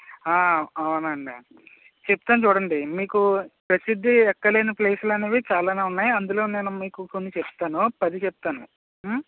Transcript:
అవునండి చెప్తాను చూడండి మీకు ప్రసిద్ధికి ఎక్కని ప్లేసులు అనేవి చాలా ఉన్నాయి అందులో నేను మీకు కొన్ని చెప్తాను పది చెప్తాను